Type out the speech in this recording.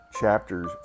chapters